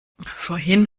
vorhin